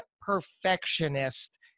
perfectionist